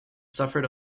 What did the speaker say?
suffered